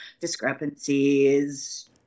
discrepancies